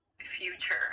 future